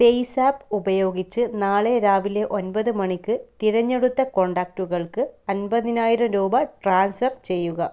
PayZapp ഉപയോഗിച്ച് നാളെ രാവിലെ ഒമ്പത് മണിക്ക് തിരഞ്ഞെടുത്ത കോൺടാക്റ്റുകൾക്ക് അൻപതിനായിരം രൂപ ട്രാൻസ്ഫർ ചെയ്യുക